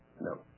No